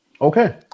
Okay